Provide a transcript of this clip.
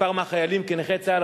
כמה מהחיילים כנכי צה"ל,